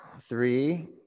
Three